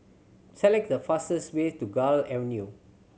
select the fastest way to Gul Avenue